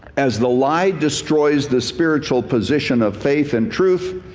as the lie destroys the spiritual possession of faith and truth,